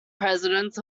presidents